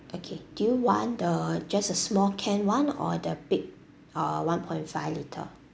okay do you want the just a small can one or the big uh one point five liter